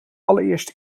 allereerste